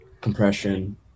compression